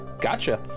Gotcha